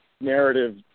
narrative